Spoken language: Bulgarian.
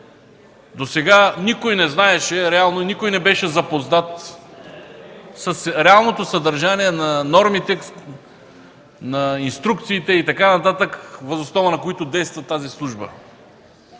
Досега никой не знаеше, реално никой не беше запознат със съдържанието на нормите, на инструкциите и така нататък, въз основа на които действа службата.